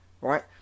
right